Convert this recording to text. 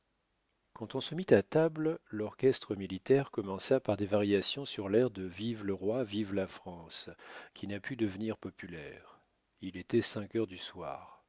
quand on se mit à table l'orchestre militaire commença par des variations sur l'air de vive le roi vive la france qui n'a pu devenir populaire il était cinq heures du soir